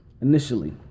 initially